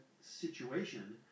situation